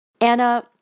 Anna